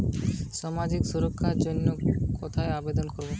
সামাজিক সুরক্ষা যোজনার জন্য কোথায় আবেদন করব?